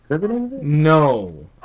No